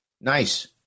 nice